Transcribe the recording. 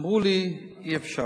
אמרו לי: אי-אפשר